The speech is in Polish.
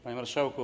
Panie Marszałku!